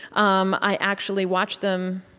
um i actually watched them,